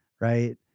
right